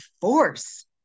force